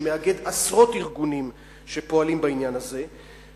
שמאגד עשרות ארגונים שפועלים בעניין הזה,